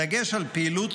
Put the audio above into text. בדגש על פעילות